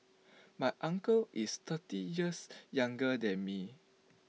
my uncle is thirty years younger than me